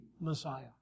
Messiah